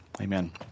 Amen